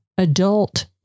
Adult